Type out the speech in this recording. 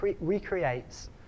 recreates